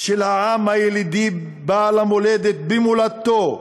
של העם הילידי בעל המולדת במולדתו.